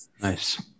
Nice